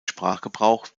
sprachgebrauch